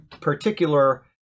particular